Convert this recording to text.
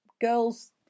girls